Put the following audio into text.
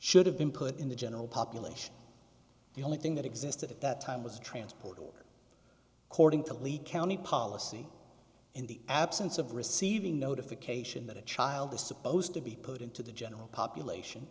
should have been put in the general population the only thing that existed at that time was transporting her according to leak county policy in the absence of receiving notification that a child is supposed to be put into the general population